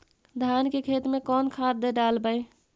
धान के खेत में कौन खाद डालबै?